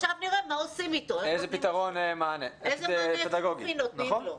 עכשיו נראה מה עושים איתו, איזה מענה נותנים לו.